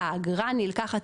והאגרה נלקחת,